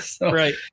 Right